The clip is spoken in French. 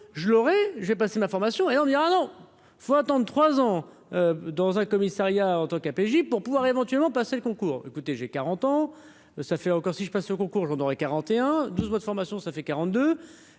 je l'aurai, j'ai passé ma formation et on dira non. Il faut attendre 3 ans dans un commissariat en tant qu'PJ pour pouvoir éventuellement passer le concours, écoutez, j'ai 40 ans, ça fait encore si je passe le concours, j'en aurai 41 12 mois de formation, ça fait 42,